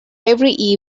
every